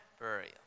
burial